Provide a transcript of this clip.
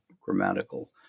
grammatical